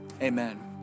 amen